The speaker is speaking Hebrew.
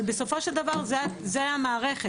אבל בסופו של דבר זאת המערכת,